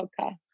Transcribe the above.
podcast